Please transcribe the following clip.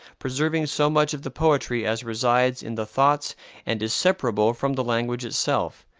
preserving so much of the poetry as resides in the thoughts and is separable from the language itself,